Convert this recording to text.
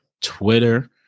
Twitter